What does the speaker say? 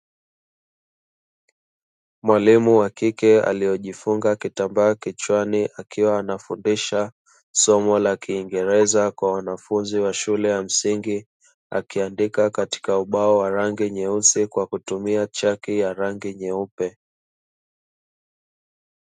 Mwalimu wa kike, aliyejifunga kitambaa kichwani, akiwa anafundisha somo la kiingereza kwa wanafunzi wa shule ya msingi, akiandika katika ubao wa rangi nyeusi kwa kutumia chaki ya rangi nyeupe.